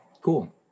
Cool